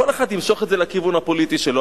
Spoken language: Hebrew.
כל אחד ימשוך את זה לכיוון הפוליטי שלו.